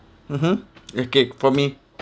mmhmm okay for me